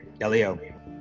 Elio